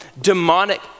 demonic